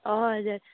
हजुर